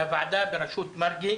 הוועדה בראשות מרגי,